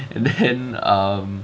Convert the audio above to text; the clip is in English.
and then um